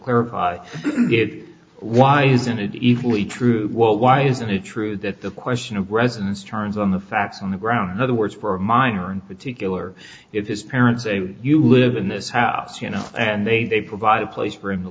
clarify it why isn't it easily true why isn't it true that the question of residence turns on the facts on the ground other words for a minor in particular if his parents say you live in this house you know and they provide a place for him to